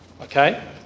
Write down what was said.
Okay